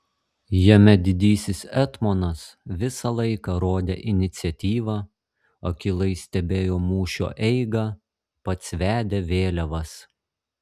jame didysis etmonas visą laiką rodė iniciatyvą akylai stebėjo mūšio eigą pats vedė vėliavas